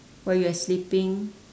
while you are sleeping